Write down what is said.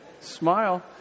Smile